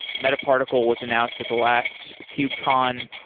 meta particle was announced at the last kubecon.